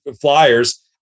flyers